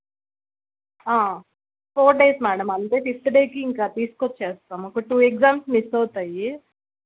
four days madam అంతే fifth డేకి ఇంక తీసుకు వచ్చేస్తాము ఒక టూ ఎగ్జామ్స్ మిస్ అవుతాయి